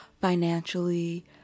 financially